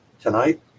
tonight